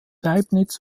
leibniz